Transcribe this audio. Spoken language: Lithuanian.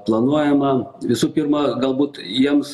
planuojama visų pirma galbūt jiems